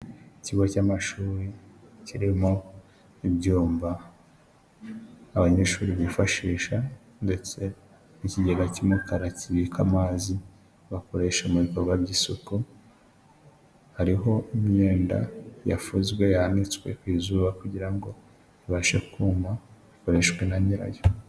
Ikigo cy'amashuri kirimo ibyumba abanyeshuri bifashisha ndetse n'ikigega cy'umukara kibika amazi bakoresha mu bikorwa by'isuku, hariho imyenda yafuzwe, yanitswe ku izuba kugira ngo ibashe kuma, ikoreshwe na nyirayo.